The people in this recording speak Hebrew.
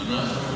להימנע,